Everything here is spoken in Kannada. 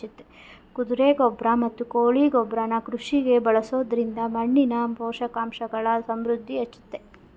ಕುದುರೆ ಗೊಬ್ರ ಮತ್ತು ಕೋಳಿ ಗೊಬ್ರನ ಕೃಷಿಗೆ ಬಳಸೊದ್ರಿಂದ ಮಣ್ಣಿನ ಪೋಷಕಾಂಶಗಳ ಸಮೃದ್ಧಿ ಹೆಚ್ಚುತ್ತೆ